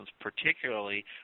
particularly